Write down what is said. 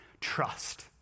trust